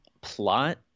plot